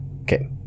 Okay